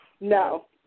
No